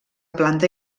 planta